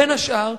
בין השאר,